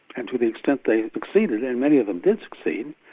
and to the extent they succeeded, and many of them did succeed,